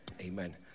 amen